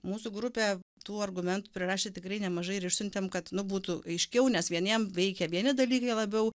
mūsų grupė tų argumentų prirašė tikrai nemažai ir išsiuntėm kad nu būtų aiškiau nes vieniem veikia vieni dalykai labiau